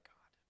God